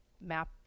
map